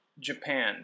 Japan